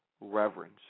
reverence